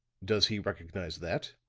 does he recognize that?